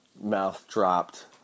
mouth-dropped